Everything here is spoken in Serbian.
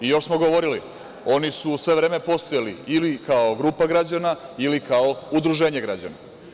Još smo govorili - oni su sve vreme postojali ili kao grupa građana, ili kao udruženje građana.